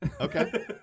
Okay